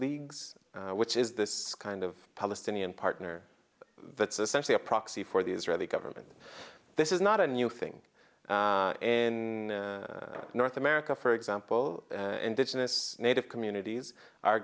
leagues which is this kind of palestinian partner that's essentially a proxy for the israeli government this is not a new thing in north america for example indigenous native communities are